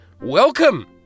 welcome